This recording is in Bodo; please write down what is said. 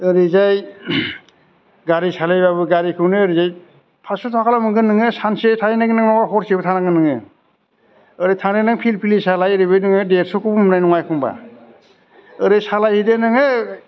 ओरैजाय गारि सालायबाबो गारिखौनो ओरैजाय फासस' थाखाल' मोनगोन नोङो सानसे थाहैनायखौनो नङाबा हरसे थानांगोन नोङो ओरैनो थानानै फिरपिलि सालाय ओरैबो देरस'खौनो मोननाय नङा नोङो एखमब्ला ओरै सालाय हैदो नोङो